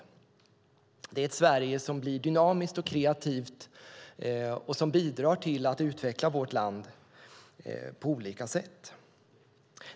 Det är ett Sverige som blir dynamiskt och kreativt och som bidrar till att utveckla vårt land på olika sätt.